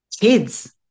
kids